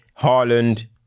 Haaland